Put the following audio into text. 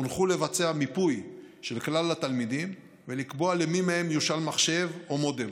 הונחו לבצע מיפוי של כלל התלמידים ולקבוע למי מהם יושאל מחשב או מודם.